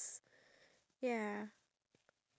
wait but the cow is alive